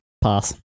Pass